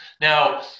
Now